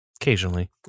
Occasionally